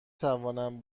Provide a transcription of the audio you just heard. توانم